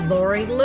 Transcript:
Lori